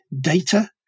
data